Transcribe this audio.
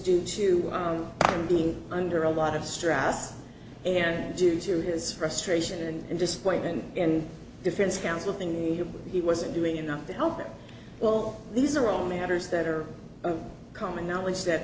due to being under a lot of stress and due to his frustration and disappointment in defense counsel thing he wasn't doing enough to help him well these are all matters that are common knowledge that